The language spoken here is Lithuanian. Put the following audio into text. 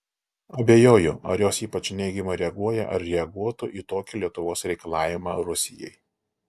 abejoju ar jos ypač neigiamai reaguoja ar reaguotų į tokį lietuvos reikalavimą rusijai